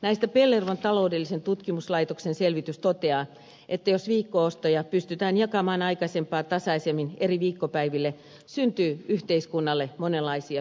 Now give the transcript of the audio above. näistä pellervon taloudellisen tutkimuslaitoksen selvitys toteaa että jos viikko ostoja pystytään jakamaan aikaisempaa tasaisemmin eri viikonpäiville syntyy yhteiskunnalle monenlaisia hyötyjä